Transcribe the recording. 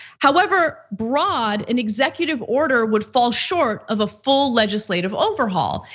however broad, an executive order would fall short of a full legislative overhaul.